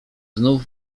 znów